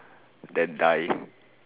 then die